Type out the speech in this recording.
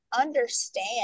understand